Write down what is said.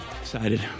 Excited